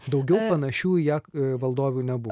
daugiau panašių į ją valdovių nebuvo